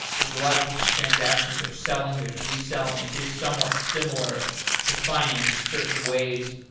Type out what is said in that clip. there's a lot of different transactions, there's selling, there's reselling. it is somewhat similar to finance in certain ways,